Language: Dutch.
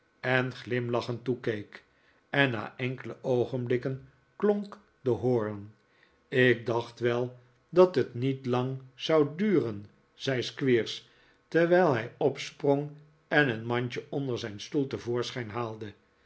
en glimlachend toekeek na enkele oogenblikken klonk de hoorn ik dacht wel dat het niet lang zou duren zei squeers terwijl hij opsprong en een mandje onder zijn stoel te voorschijn haalde